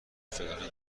فلانی